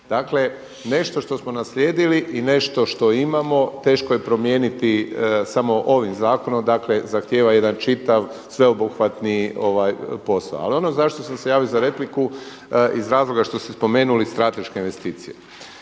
Dakle, nešto što smo naslijedili i nešto što imamo teško je promijeniti samo ovim zakonom, dakle zahtjeva jedan čitav sveobuhvatni posao. Ali ono zašto sam se javio za repliku iz razloga što ste spomenuli strateške investicije.